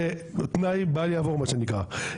זה תנאי בל יעבור מה שנקרא.